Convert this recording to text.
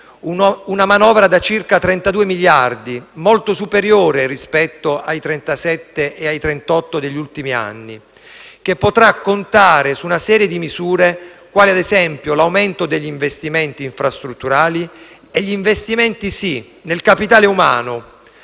Una manovra da circa 32 miliardi di euro, molto superiore rispetto a quella da 27 e 28 miliardi di euro degli ultimi anni, che potrà contare su una serie di misure, quali, ad esempio, l'aumento degli investimenti infrastrutturali e gli investimenti nel capitale umano,